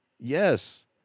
Yes